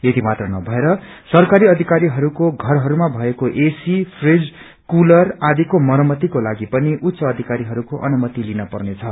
यति मात्र नमएर सरकारी अधिकारीहरूको घरहरूमा भएको एसी फ्रिज कूलर आदिको मरमतीकोलागि पनि उच्च अधिकारीहरूको अनुमति लिन पर्नेछ